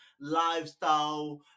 lifestyle